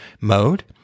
mode